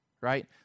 right